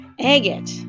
agate